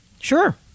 Sure